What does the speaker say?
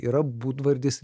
yra būdvardis